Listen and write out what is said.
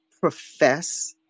profess